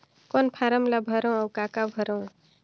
कौन फारम ला भरो और काका भरो?